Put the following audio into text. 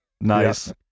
nice